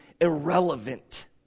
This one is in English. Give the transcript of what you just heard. irrelevant